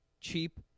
cheap